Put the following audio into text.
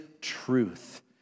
truth